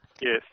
yes